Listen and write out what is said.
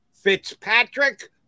Fitzpatrick